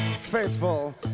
Faithful